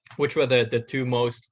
which were the the two most